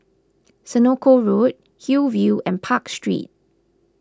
Senoko Road Hillview and Park Street